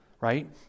right